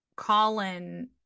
colin